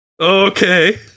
Okay